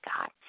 God